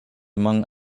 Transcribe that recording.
among